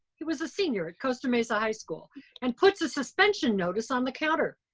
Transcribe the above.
he was a senior at costa mesa high school and puts a suspension notice on the counter.